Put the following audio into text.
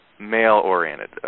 male-oriented